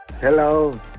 Hello